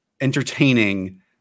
entertaining